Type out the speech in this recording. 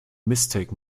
mistake